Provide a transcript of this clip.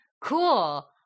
cool